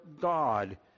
God